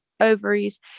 ovaries